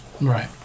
Right